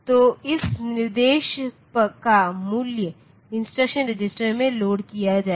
तो इस निर्देश का मूल्य इंस्ट्रक्शन रजिस्टर में लोड किया जाएगा